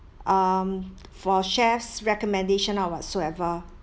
um for chef's recommendation or whatsoever